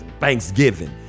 Thanksgiving